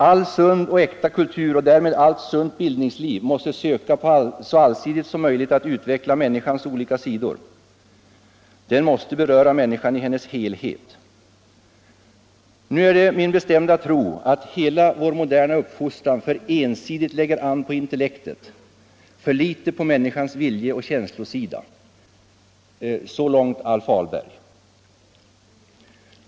All sund och äkta kultur och därmed allt sunt bildningsliv måste söka så allsidigt som möjligt utveckla människans olika sidor, den måste beröra människan i hennes helhet. Nu är det min bestämda tro att hela vår moderna uppfostran för ensidigt lägger an på intellektet, för litet på människans viljeoch känslosida.” Så långt Alf Ahlberg.